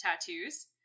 tattoos